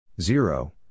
Zero